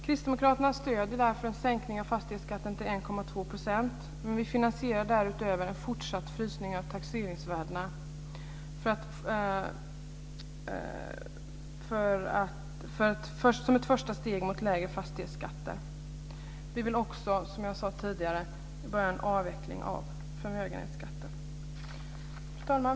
Kristdemokraterna stöder därför en sänkning av fastighetsskatten till 1,2 %, men vi finansierar därutöver en fortsatt frysning av taxeringsvärdena, som ett första steg mot lägre fastighetsskatter. Vi vill också, som jag sade tidigare, börja en avveckling av förmögenhetsskatten. Fru talman!